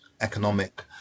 economic